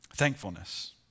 thankfulness